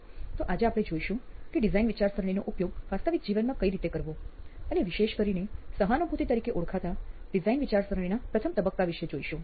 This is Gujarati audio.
તો આજે આપણે જોઈશું કે ડિઝાઇન વિચારસરણીનો ઉપયોગ વાસ્તવિક જીવનમાં કઈ રીતે કરવો અને વિશેષ કરીને સહાનુભૂતિ તરીકે ઓળખાતા ડિઝાઇન વિચારસરણીના પ્રથમ તબક્કા વિષે જોઈશું